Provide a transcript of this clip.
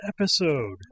episode